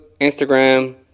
Instagram